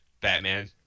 Batman